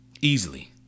Easily